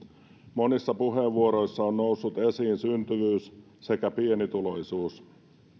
monissa puheenvuoroissa on noussut esiin syntyvyys sekä pienituloisuus